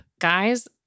Guys